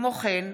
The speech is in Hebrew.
כמו כן,